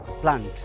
plant